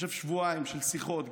שבועיים של שיחות,